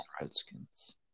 Redskins